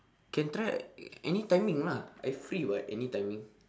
can try any timing lah I free [what] any timing